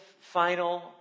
Final